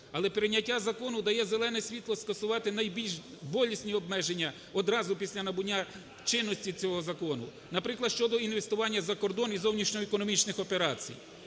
Але прийняття закону дає зелене світло скасувати найбільш болісні обмеження одразу після набуття чинності цього закону. Наприклад, щодо інвестування за кордон і зовнішньоекономічних операцій.